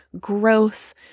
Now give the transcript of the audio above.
growth